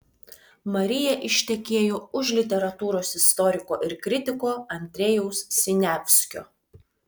marija ištekėjo už literatūros istoriko ir kritiko andrejaus siniavskio